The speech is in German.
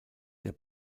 der